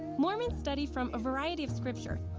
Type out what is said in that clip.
mormons study from a variety of scripture.